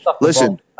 listen